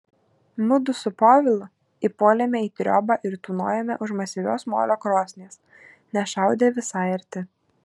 mudu su povilu įpuolėme į triobą ir tūnojome už masyvios molio krosnies nes šaudė visai arti